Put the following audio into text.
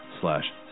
slash